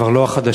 כבר לא החדשה,